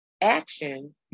action